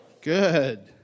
Good